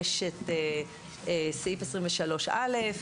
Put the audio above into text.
יש סעיף 23(א),